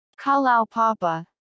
kalaupapa